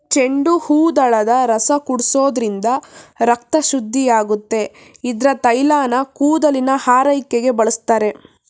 ಚೆಂಡುಹೂದಳದ ರಸ ಕುಡಿಸೋದ್ರಿಂದ ರಕ್ತ ಶುದ್ಧಿಯಾಗುತ್ತೆ ಇದ್ರ ತೈಲನ ಕೂದಲಿನ ಆರೈಕೆಗೆ ಬಳಸ್ತಾರೆ